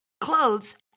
clothes